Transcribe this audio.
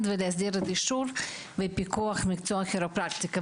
ולהסדיר את אישור ופיקוח מקצוע הכירופרקטיקה,